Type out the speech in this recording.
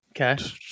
okay